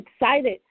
excited